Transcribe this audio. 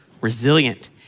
resilient